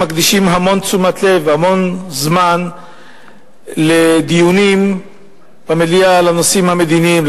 מקדישים המון תשומת לב והמון זמן לדיונים במליאה על הנושאים המדיניים,